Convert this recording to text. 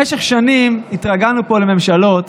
במשך שנים התרגלנו פה לממשלות